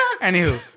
anywho